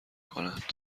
کند